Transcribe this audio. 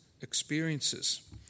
experiences